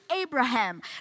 Abraham